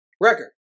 record